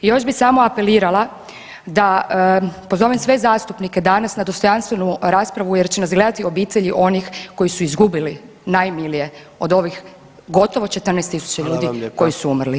I još bi samo apelirala da pozovem sve zastupnike danas na dostojanstvenu raspravu jer će nas gledati obitelji onih koji su izgubili najmilije od ovih gotovo 14.000 ljudi koji su umrli.